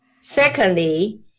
Secondly